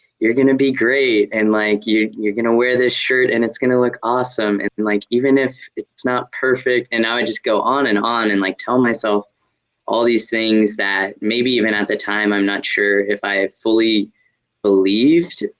you're gonna be great, and like, you're gonna wear this shirt and it's gonna look awesome. and like even if it's not perfect, and now i just go on and on and like tell myself all these things that maybe even at the time i'm not sure if i fully believed.